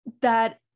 that-